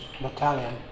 battalion